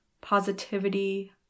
positivity